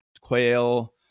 quail